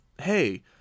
hey